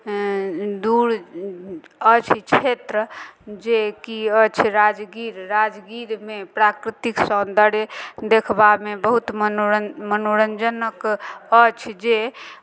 दूर अछि क्षेत्र जेकि अछि राजगीर राजगीरमे प्राकृतिक सौन्दर्य देखबामे बहुत मनोर मनोरञ्जनक अछि जे